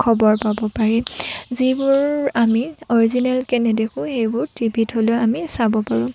খবৰ পাব পাৰি যিবোৰ আমি অ'ৰিজিনেলকৈ নেদেখোঁ সেইবোৰ টিভিত হ'লেও আমি চাব পাৰোঁ